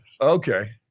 Okay